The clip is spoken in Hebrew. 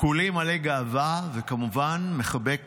כולי מלא גאווה, וכמובן מחבק